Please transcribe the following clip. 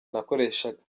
nakoreshaga